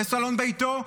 בסלון ביתו,